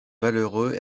malheureux